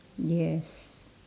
yes